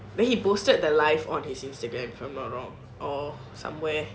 correct then he posted the live on his Instagram if I'm not wrong or somewhere